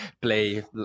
play